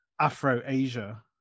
Afro-Asia